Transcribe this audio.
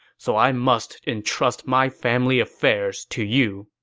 so i must entrust my family affairs to you.